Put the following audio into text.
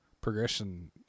progression